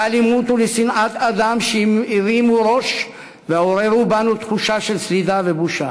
לאלימות ולשנאת אדם שהרימו ראש ועוררו בנו סלידה ובושה.